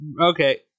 Okay